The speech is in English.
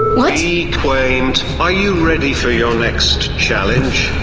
qwaint, are you ready for your next challenge?